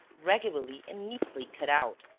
regularly and neatly cut out.